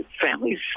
families